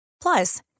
Plus